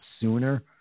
sooner